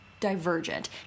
Divergent